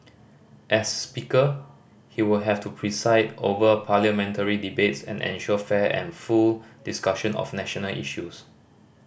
as Speaker he will have to preside over Parliamentary debates and ensure fair and full discussion of national issues